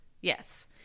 Yes